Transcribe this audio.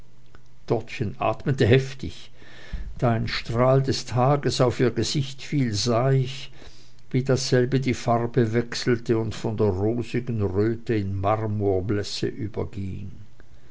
dortchen atmete heftig da ein strahl des tages auf ihr gesicht fiel sah ich wie dasselbe die farbe wechselte und von einer rosigen röte in marmorblässe überging